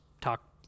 talk